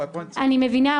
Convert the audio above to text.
אני מבינה,